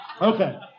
Okay